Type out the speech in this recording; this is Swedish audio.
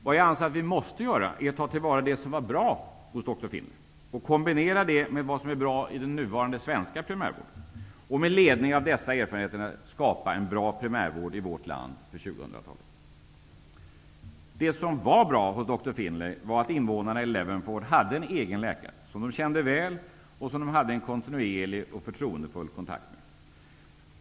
Vad jag anser att vi måste göra är att ta till vara det som var bra hos doktor Finlay, kombinera det med det som är bra i den nuvarande svenska primärvården och med ledning av dessa erfarenheter skapa en bra primärvård i vårt land för Det som var bra hos doktor Finlay var att invånarna i Levenford hade en egen läkare, som de kände väl och som de hade en kontinuerlig och förtroendefull kontakt med.